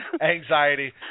anxiety